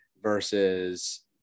versus